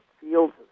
fields